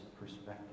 perspective